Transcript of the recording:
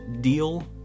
deal